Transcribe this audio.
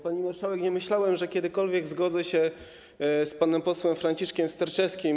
Pani marszałek, nie myślałem, że kiedykolwiek zgodzę się z panem posłem Franciszkiem Sterczewskim.